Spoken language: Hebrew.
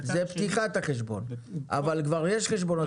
זה בעת פתיחת החשבון, אבל כבר יש חשבון פתוח.